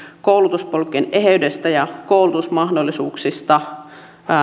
koulutuspolkujen eheydestä ja koulutusmahdollisuuksista